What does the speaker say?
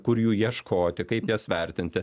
kur jų ieškoti kaip jas vertinti